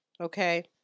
Okay